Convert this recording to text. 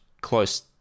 close